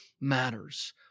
matters